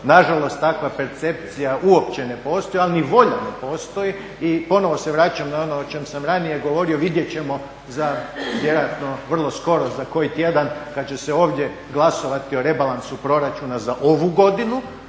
Nažalost takva percepcija uopće ne postoji, ali ni volja ne postoji i ponovo se vraćam na ono o čem sam ranije govorio, vidjet ćemo vjerojatno vrlo skoro, za koji tjedan kad će se ovdje glasovati o rebalansu proračuna za ovu godinu,